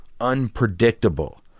unpredictable